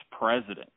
president